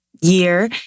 year